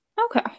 Okay